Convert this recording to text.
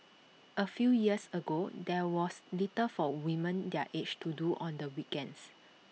A few years ago there was little for women their age to do on the weekends